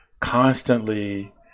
constantly